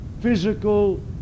physical